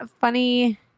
funny